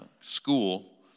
school